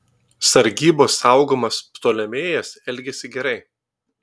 sargybos saugomas ptolemėjas elgėsi gerai